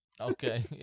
Okay